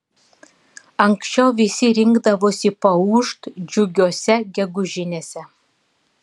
anksčiau visi rinkdavosi paūžt džiugiose gegužinėse